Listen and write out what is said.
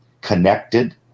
connected